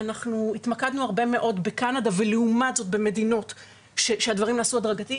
אנחנו התמקדנו יותר בקנדה מאשר במדינות שבהן הדברים נעשו בצורה הדרגתית.